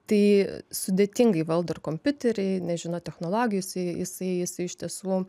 tai sudėtingai valdo ir kompiuterį nežino technologijų jisai jisai jisai iš tiesų